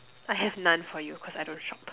I have none for you cause I don't shop